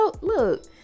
look